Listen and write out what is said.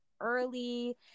early